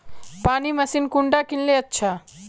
पानी मशीन कुंडा किनले अच्छा?